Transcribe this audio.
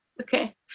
Okay